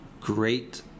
great